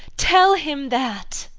tell him that!